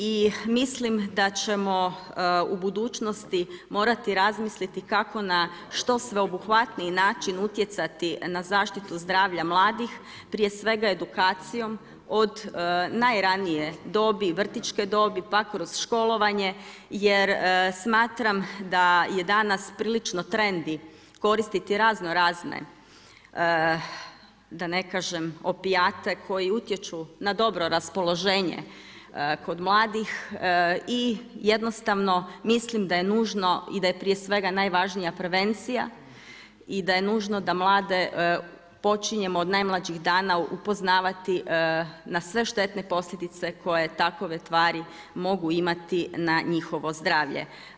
I mislim da ćemo u budućnosti morati razmisliti kako na što obuhvatniji način utjecati na zaštitu zdravlja mladih, prije svega edukacijom od najranije dobi, vrtićke dobi pa kroz školovanje jer smatram da je danas prilično trendi koristiti razno razne, da ne kažem opijate koji utječu na dobro raspoloženje kod mladih i jednostavno mislim da je nužno i da je prije svega najvažnija prevencija i da je nužno da mlade počinjemo od najmlađih dana upoznavati na sve štetne posljedice koje takve tvari mogu imati na njihovo zdravlje.